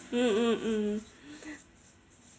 嗯嗯嗯